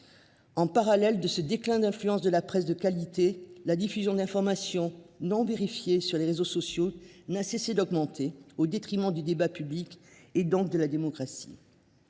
En parallèle de ce déclin d’influence de la presse de qualité, la diffusion d’informations non vérifiées sur les réseaux sociaux n’a cessé d’augmenter, au détriment du débat public, donc de la démocratie.